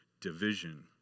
division